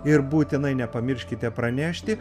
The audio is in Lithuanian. ir būtinai nepamirškite pranešti